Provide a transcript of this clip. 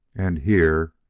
and here,